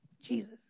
Jesus